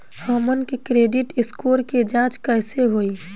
हमन के credit score के जांच कैसे होइ?